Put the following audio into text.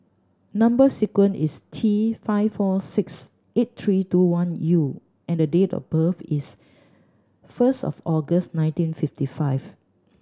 number sequence is T five four six eight three two one U and date of birth is first of August nineteen fifty five